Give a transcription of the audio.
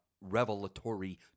revelatory